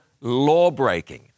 law-breaking